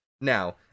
Now